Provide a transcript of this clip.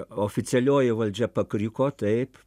oficialioji valdžia pakriko taip